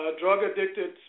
drug-addicted